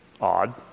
odd